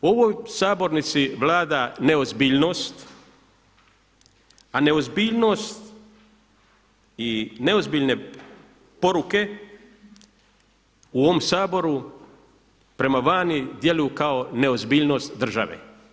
Pa ukratko, u ovoj Sabornici vlada neozbiljnost, a neozbiljnost i neozbiljne poruke u ovom Saboru prema vani djeluju kao neozbiljnost države.